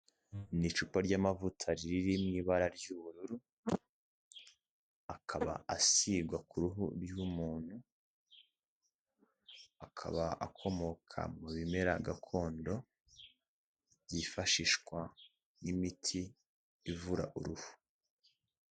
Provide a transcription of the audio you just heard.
Ni icupa ry'amavuta riri mu ibara ry'ubururu, akaba asigwa ku ruhu rw'umuntu, akaba akomoka mu bimera gakondo byifashishwa nk'imiti ivura uruhu.